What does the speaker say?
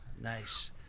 Nice